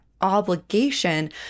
obligation